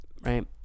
right